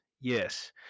yes